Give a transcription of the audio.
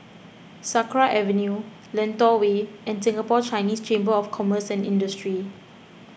Sakra Avenue Lentor Way and Singapore Chinese Chamber of Commerce and Industry